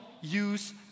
use